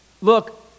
look